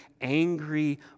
angry